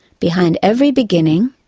behind every beginning,